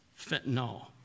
fentanyl